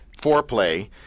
foreplay